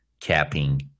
capping